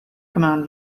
command